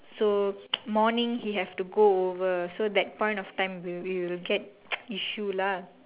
so morning he have to go over so that point of time we we will get issue lah